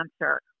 answer